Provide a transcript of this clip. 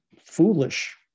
foolish